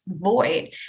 void